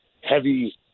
heavy